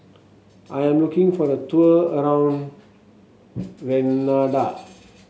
I am looking for a tour around Grenada